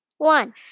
One